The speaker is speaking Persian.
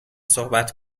صحبت